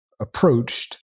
approached